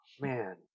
Man